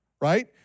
right